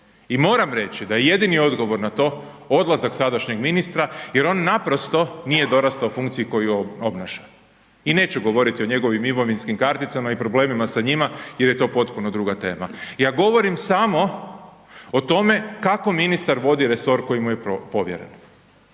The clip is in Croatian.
i moram reći da je jedini odgovor na to odlazak sadašnjeg ministra jer on naprosto nije dorastao funkciji koju obnaša. I neću govoriti o njegovim imovinskim karticama i problemima sa njima jer je to potpuno druga tema, ja govorim samo o tome kako ministar vodi resor koji mu je povjeren.